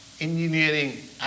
engineering